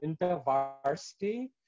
InterVarsity